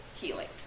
healing